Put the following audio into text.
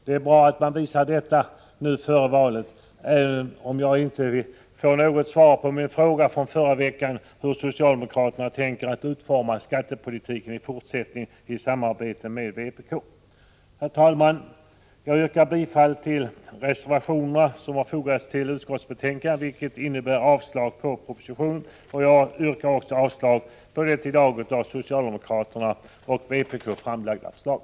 Det är bra att de visar detta nu före valet, även om jag väl inte får något svar på min fråga från förra veckan hur socialdemokraterna i fortsättningen tänker utforma sin skattepolitik i samarbete med vpk. Herr talman! Jag yrkar bifall till de reservationer som fogats till utskottets betänkande, vilket innebär avslag på propositionen. Jag yrkar också avslag på det i dag av socialdemokraterna och vpk framlagda förslaget.